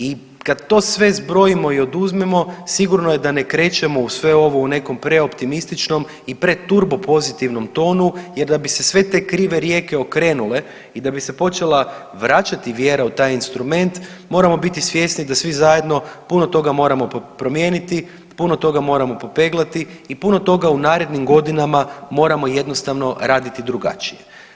I kad to sve zbrojimo i oduzmemo sigurno je da ne krećemo i sve ovo u nekom preoptimističnom i preturbo pozitivnom tonu, jer da bi se sve te krive rijeke okrenule i da bi se počela vraćati vjera u taj instrument moramo biti svjesni da svi zajedno puno toga moramo promijeniti, puno toga moramo popeglati i puno toga u narednim godinama moramo jednostavno raditi drugačije.